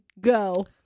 go